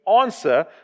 answer